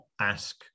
ask